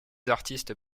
artistes